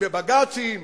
בבג"צים,